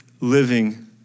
living